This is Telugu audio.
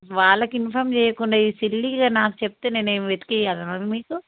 వాళ్ళకి ఇన్ఫామ్ చేయకుండా ఈ సిల్లీగా నాకు చెప్తే నేను ఏమి వెతికి ఇవ్వాలనా అమ్మ మీకు